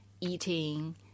eating